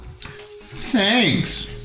Thanks